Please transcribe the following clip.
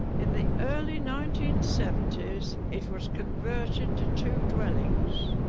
in the early nineteen seventy s it was converted to two dwellings